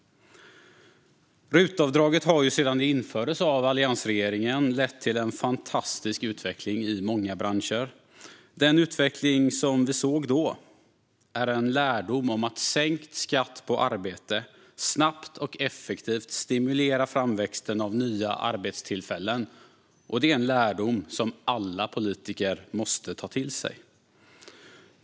RUT-avdraget har sedan det infördes av alliansregeringen lett till en fantastisk utveckling i många branscher. Den utveckling som vi har sett är en lärdom om att sänkt skatt på arbete snabbt och effektivt stimulerar framväxten av nya arbetstillfällen. Det är en lärdom som alla politiker måste ta till sig.